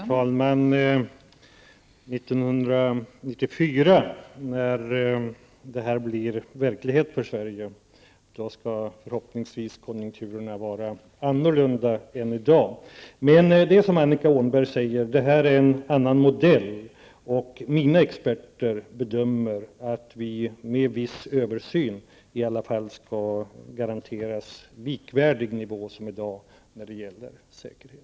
Fru talman! 1994 när det här blir verklighet för Sverige är konjunkturerna förhoppningsvis bättre än i dag. Men som Annika Åhnberg säger är det en annan modell. Mina experter bedömer att det med en viss översyn i alla fall skall kunna garanteras en nivå som är likvärdig med dagens när det gäller säkerhet.